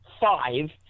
five